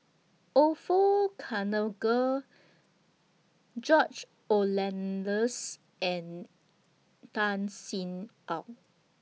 Orfeur George and Tan Sin Aun